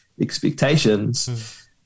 expectations